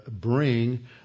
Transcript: bring